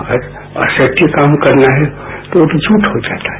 अगर असत्य काम करना है तो तो वो झूठ हो जाता है